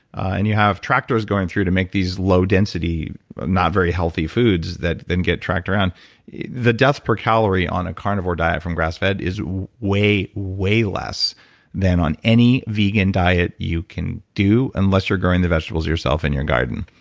and you have tractors going through to make these low density not very healthy foods that then get tracked around the death per calorie on a carnivore diet from grass-fed is way, way less than on any vegan diet you can do, unless you're growing the vegetables yourself in your garden.